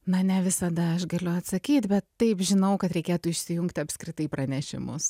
na ne visada aš galiu atsakyt bet taip žinau kad reikėtų išsijungti apskritai pranešimus